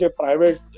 private